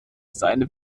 seine